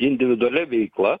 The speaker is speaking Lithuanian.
individualia veikla